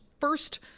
First